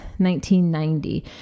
1990